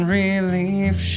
relief